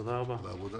תודה רבה